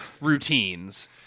routines